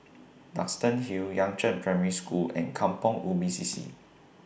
Duxton Hill Yangzheng Primary School and Kampong Ubi C C